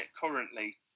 currently